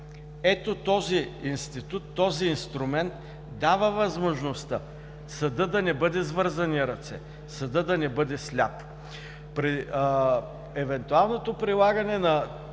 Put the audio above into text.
Ето този институт, този инструмент дава възможността съдът да не бъде с вързани ръце, съдът да не бъде сляп.